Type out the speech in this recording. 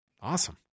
Awesome